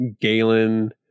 galen